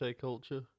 culture